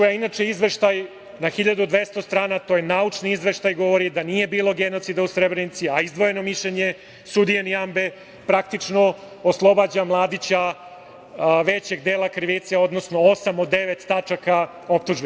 Inače, izveštaj je na 1.200 strana, to je naučni izveštaj, govori da nije bilo genocida u Srebrenici, a izdvojeno mišljenje sudije Nijambe, praktično oslobađa Mladića većeg dela krivice, odnosno osam od devet tačaka optužbe.